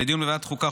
לדיון בוועדת החוקה,